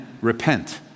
repent